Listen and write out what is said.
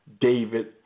David